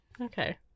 Okay